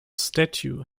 statue